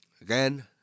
Again